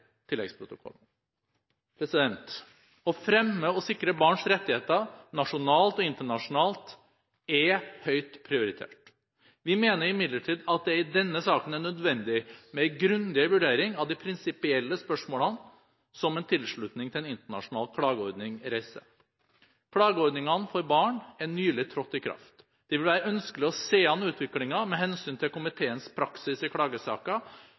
Å fremme og sikre barns rettigheter nasjonalt og internasjonalt er høyt prioritert. Vi mener imidlertid at det i denne saken er nødvendig med en grundig vurdering av de prinsipielle spørsmålene som en tilslutning til en internasjonal klageordning reiser. Klageordningene for barn er nylig trådt i kraft. Det vil være ønskelig å se an utviklingen med hensyn til komiteens praksis i